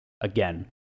Again